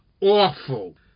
awful